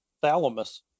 thalamus